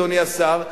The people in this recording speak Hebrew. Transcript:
אדוני השר,